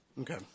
Okay